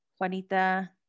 juanita